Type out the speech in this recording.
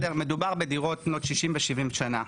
מדובר בדירות בנות 60-70 שנים.